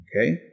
okay